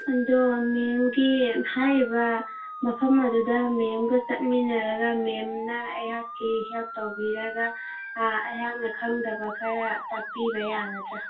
ꯑꯗꯣ ꯃꯦꯝꯒꯤ ꯍꯥꯏꯔꯤꯕ ꯃꯐꯝ ꯑꯗꯨꯗ ꯃꯦꯝꯒ ꯆꯠꯃꯤꯟꯅꯔꯒ ꯃꯦꯝꯅ ꯑꯩꯍꯥꯛꯀꯤ ꯍꯦꯜꯞ ꯇꯧꯕꯤꯔꯒ ꯑꯩꯍꯥꯛꯅ ꯈꯪꯗꯕ ꯈꯔ ꯇꯥꯛꯄꯤꯕ ꯌꯥꯒꯗ꯭ꯔ